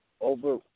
Over